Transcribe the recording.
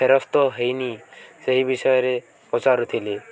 ଫେରସ୍ତ ହେଇନି ସେହି ବିଷୟରେ ପଚାରୁ ଥିଲି